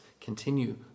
continue